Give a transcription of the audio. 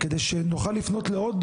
כדי שנוכל לפנות לעוד